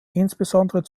insbesondere